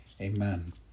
Amen